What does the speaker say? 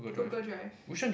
Google Drive